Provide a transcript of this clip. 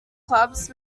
clubs